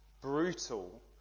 Brutal